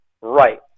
right